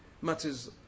matters